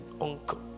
uncle